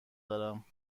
دارم